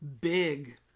big